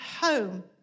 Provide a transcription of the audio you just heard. home